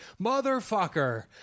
Motherfucker